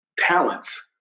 talents